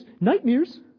nightmares